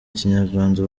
kinyarwanda